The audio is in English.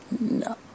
No